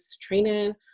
training